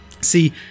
See